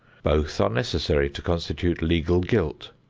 both are necessary to constitute legal guilt,